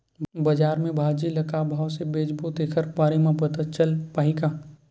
बजार में भाजी ल का भाव से बेचबो तेखर बारे में पता चल पाही का?